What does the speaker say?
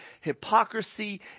hypocrisy